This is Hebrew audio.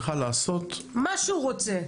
יכל לעשות --- מה שהוא רוצה.